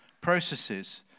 processes